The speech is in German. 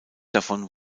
davon